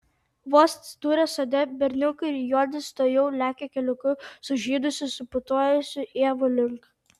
vos atsidūrę sode berniukai ir juodis tuojau lekia keliuku sužydusių suputojusių ievų link